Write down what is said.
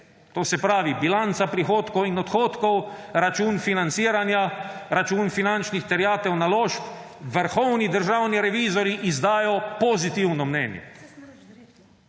to se pravi, bilanca prihodkov in odhodkov, račun financiranja, račun finančnih terjatev, naložb – vrhovni državni revizorji izdajo pozitivno mnenje.